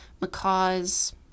macaws